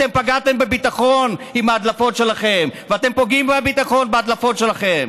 אתם פגעתם בביטחון עם ההדלפות שלכם ואתם פוגעים בביטחון בהדלפות שלכם.